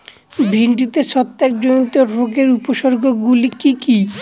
ভিন্ডিতে ছত্রাক জনিত রোগের উপসর্গ গুলি কি কী?